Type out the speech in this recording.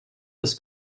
des